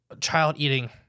child-eating